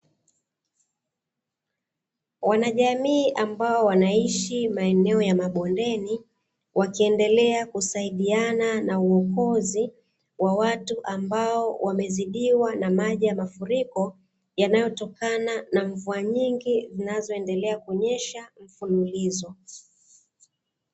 Wanajamii ambao wanaishi maeneo ya mabondeni wakiendelea kusaidiana na uokozi wa watu ambao wamezidiwa na maji ya mafuriko, yanayotokana na mvua nyingi zinazoendelea kunyesha mfululizo.